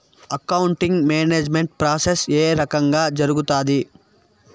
accounting management process ఏ రకంగా జరుగుతాది